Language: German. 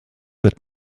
wird